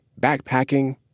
backpacking